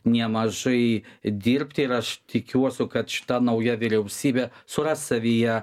nemažai dirbti ir aš tikiuosi kad šita nauja vyriausybė suras savyje